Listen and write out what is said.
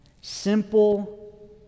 simple